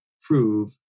prove